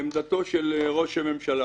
לעמדתו של ראש הממשלה